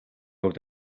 хувьд